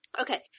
Okay